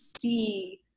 see